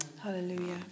Hallelujah